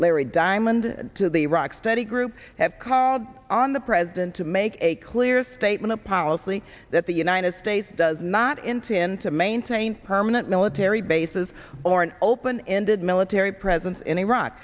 larry diamond to the iraq study group have called on the president to make a clear statement of policy that the united states does not intend to maintain permanent military bases or an open ended military presence in iraq